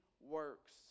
works